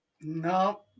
No